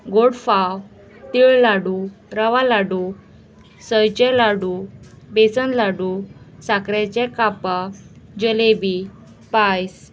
गोड फाव तीळ लाडू रवा लाडू सयेचे लाडू बेसन लाडू साकरेचे कापां जलेबी पायस